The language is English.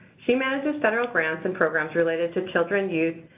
she manages federal grants and programs related to children, youth,